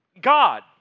God